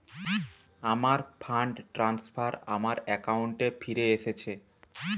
আমার fund transfer আমার অ্যাকাউন্টে ফিরে এসেছে